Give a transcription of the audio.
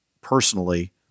personally